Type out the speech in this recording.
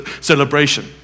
celebration